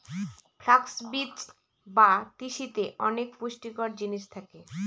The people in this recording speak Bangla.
ফ্লাক্স বীজ বা তিসিতে অনেক পুষ্টিকর জিনিস থাকে